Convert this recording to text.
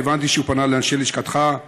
והבנתי שהוא פנה לאנשי לשכתך.